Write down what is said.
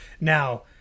Now